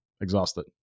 exhausted